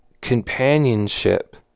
companionship